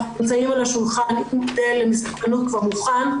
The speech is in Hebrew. נמצאים על השולחן, מודל למסוכנות כבר מוכן,